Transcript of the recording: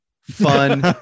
fun